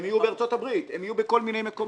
הם יהיו בארצות הברית, הם יהיו בכל מיני מקומות.